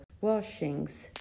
washings